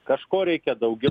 kažko reikia daugiau